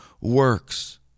works